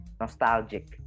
nostalgic